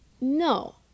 no